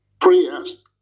prayers